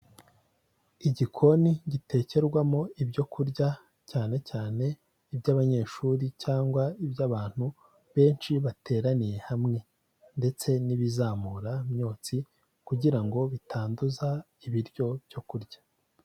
Igikoni gitekerwamo ibyo kurya cyane cyane iby'abanyeshuri cyangwa iby'abantu benshi bateraniye hamwe ndetse n'ibizamura imyotsi kugira ngo bitanduza ibiryo byo kurya.